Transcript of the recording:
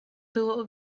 było